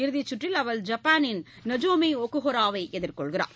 இறுதிச் சுற்றில் அவர் ஜப்பானின் நஜோமி ஒகுஹராவை எதிர்கொள்கிறார்